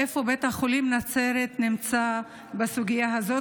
איפה בית החולים נצרת נמצא בסוגיה הזאת?